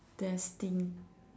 destined